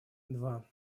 два